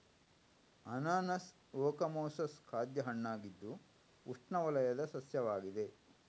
ಅನಾನಸ್ ಓಕಮೊಸಸ್ ಖಾದ್ಯ ಹಣ್ಣಾಗಿದ್ದು ಉಷ್ಣವಲಯದ ಸಸ್ಯವಾಗಿದೆ